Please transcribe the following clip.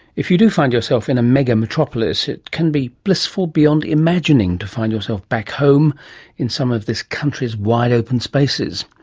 if you do find yourself in a mega metropolis it can be blissful beyond imagining to find yourself back home in some of this country's wide open spaces.